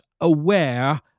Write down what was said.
aware